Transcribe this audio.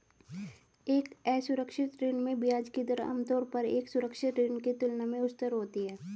एक असुरक्षित ऋण में ब्याज की दर आमतौर पर एक सुरक्षित ऋण की तुलना में उच्चतर होती है?